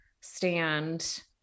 stand